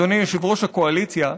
אדוני יושב-ראש הקואליציה,